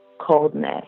coldness